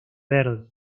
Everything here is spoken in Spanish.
verde